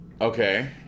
Okay